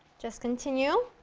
just continue